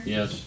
Yes